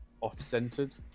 off-centered